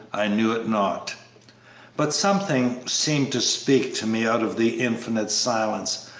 i knew it not but something seemed to speak to me out of the infinite silence,